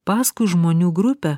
paskui žmonių grupę